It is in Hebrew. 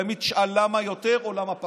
תמיד תשאל למה יותר או למה פחות,